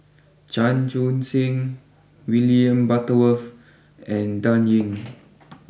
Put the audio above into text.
Chan Chun sing William Butterworth and Dan Ying